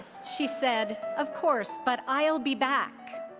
she said, of course, but i'll be back.